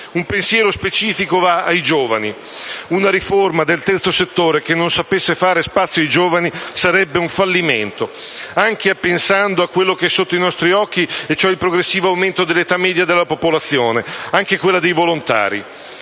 Un pensiero specifico va ai giovani. Una riforma del terzo settore che non sapesse fare spazio ai giovani sarebbe un fallimento, anche pensando a quello che è sotto i nostri occhi e cioè il progressivo aumento dell'età media della popolazione, anche quella dei volontari.